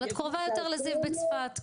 אבל את קרובה יותר לזיו בצפת,